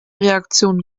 reaktion